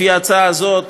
לפי ההצעה הזאת,